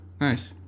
Nice